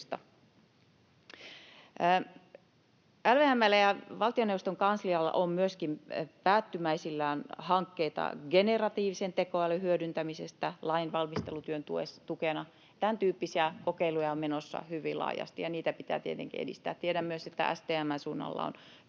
LVM:llä ja valtioneuvoston kanslialla on myöskin päättymäisillään hankkeita generatiivisen tekoälyn hyödyntämisestä lainvalmistelutyön tukena. Tämäntyyppisiä kokeiluja on menossa hyvin laajasti, ja niitä pitää tietenkin edistää. Tiedän myös, että STM:n suunnalla on